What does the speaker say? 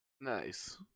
nice